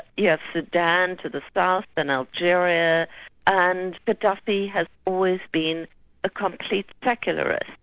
yeah sudan to the south, and algeria and but gaddafi has always been a complete secularist,